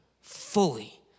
fully